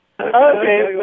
Okay